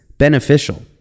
beneficial